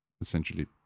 essentially